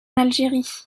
algérie